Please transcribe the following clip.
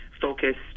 focused